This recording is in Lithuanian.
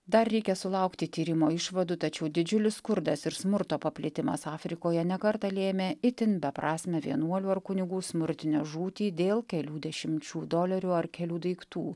dar reikia sulaukti tyrimo išvadų tačiau didžiulis skurdas ir smurto paplitimas afrikoje ne kartą lėmė itin beprasmę vienuolių ar kunigų smurtinę žūtį dėl kelių dešimčių dolerių ar kelių daiktų